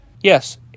Yes